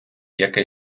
яке